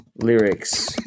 lyrics